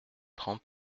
trente